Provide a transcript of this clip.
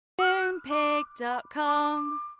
Moonpig.com